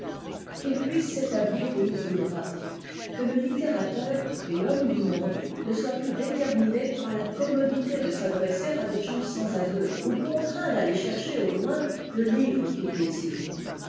qu'il puisse s'établir où il voudra que le littérateur et l'homme du monde ne soient plus déterminés par la commodité de s'adresser à des gens sans aveu ou contraints d'aller chercher au loin le livre qu'ils désirent